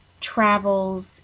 travels